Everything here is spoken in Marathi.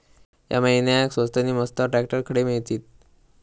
या महिन्याक स्वस्त नी मस्त ट्रॅक्टर खडे मिळतीत?